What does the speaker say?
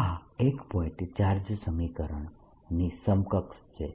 આ એક point charge સમીકરણ ની સમકક્ષ છે